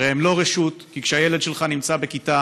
הרי הם לא רשות, כי כשהילד שלך נמצא בכיתה